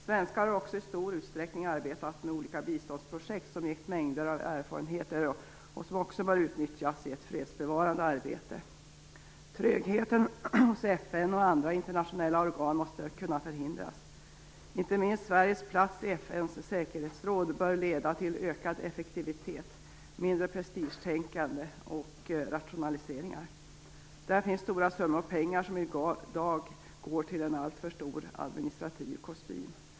Svenskar har också i stor utsträckning arbetat med olika biståndsprojekt som gett mängder av erfarenheter som också bör utnyttjas i ett fredsbevarande arbete. Trögheten hos FN och andra internationella organ måste kunna förhindras. Inte minst Sveriges plats i FN:s säkerhetsråd bör leda till ökad effektivitet, mindre prestigetänkande och rationaliseringar. Där finns stora summor pengar som i dag går till en alltför stor administrativ kostym.